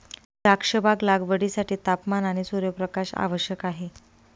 द्राक्षबाग लागवडीसाठी तापमान आणि सूर्यप्रकाश आवश्यक आहे